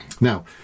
Now